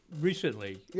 recently